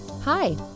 Hi